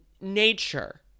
nature